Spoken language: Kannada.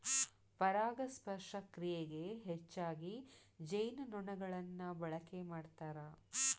ಪರಾಗಸ್ಪರ್ಶ ಕ್ರಿಯೆಗೆ ಹೆಚ್ಚಾಗಿ ಜೇನುನೊಣಗಳನ್ನ ಬಳಕೆ ಮಾಡ್ತಾರ